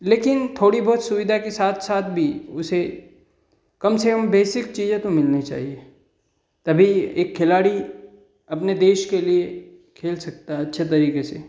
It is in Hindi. लेकिन थोड़ी बहुत सुविधा के साथ साथ भी उसे कम से कम बेसिक चीजें तो मिलनी चाहिए तभी एक खिलाड़ी अपने देश के लिए खेल सकता है अच्छे तरीके से